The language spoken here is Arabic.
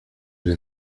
إلى